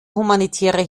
humanitäre